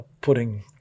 putting